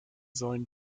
sollen